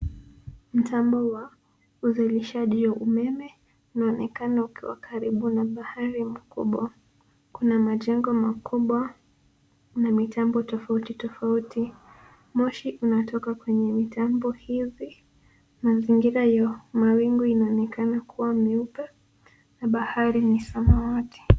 Mtambo wa uzalishaji wa umeme unaonekana ukiwa karibu na bahari mkubwa. Kuna majengo makubwa na mitambo tofauti tofauti. Moshi unatoka kwenye mitambo hizi. Mazingira ya mawingu inaonekana kuwa meupe na bahari ni samawati.